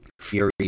Fury